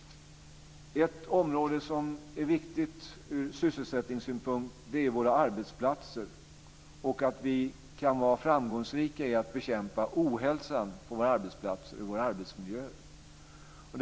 Ett område som är viktigt ur sysselsättningssynpunkt är våra arbetsplatser. Det är viktigt att vi kan vara framgångsrika när det gäller att bekämpa ohälsan på våra arbetsplatser och i våra arbetsmiljöer.